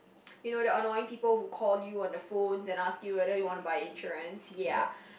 you know the annoying people who call you on the phone and ask you whether you want to buy insurance ya